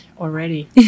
already